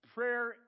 Prayer